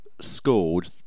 scored